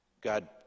god